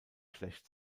schlecht